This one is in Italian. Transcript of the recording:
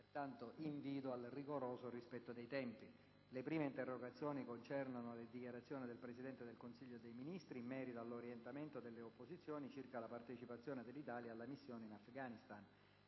diretta televisiva della RAI. Le prime interrogazioni concernono le dichiarazioni del Presidente del Consiglio dei ministri in merito all'orientamento delle opposizioni circa la partecipazione dell'Italia alla missione in Afghanistan.